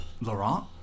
Laurent